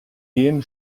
gehen